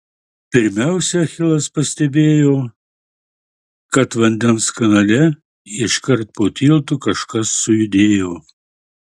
pirmiausia achilas pastebėjo kad vandens kanale iškart po tiltu kažkas sujudėjo